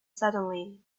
suddenly